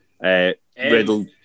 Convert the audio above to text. Riddle